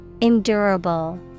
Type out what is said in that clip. Endurable